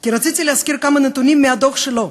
כי רציתי להזכיר כמה נתונים מדוח שלו,